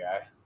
guy